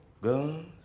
Guns